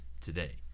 today